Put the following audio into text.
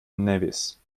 nevis